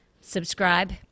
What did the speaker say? Subscribe